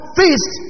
feast